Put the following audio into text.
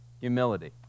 Humility